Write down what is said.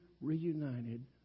reunited